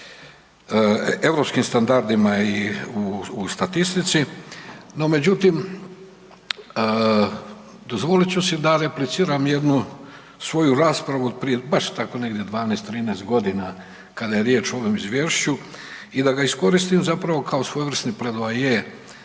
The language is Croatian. europskim standardima i u statistici, no međutim dozvolit ću si da repliciram jednu svoju raspravu od jedno baš tako negdje 12, 13 godina kada je riječ o ovom izvješću i da ga iskoristim zapravo kao svojevrsni